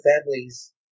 families